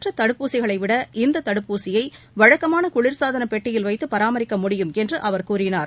மற்ற தடுப்பூசிகளைவிட இந்த தடுப்பூசியை வழக்கமான குளிர்சாதன பெட்டியில் வைத்து பராமரிக்க முடியும் என்று அவர் கூறினார்